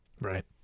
Right